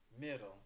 middle